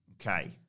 Okay